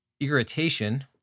Irritation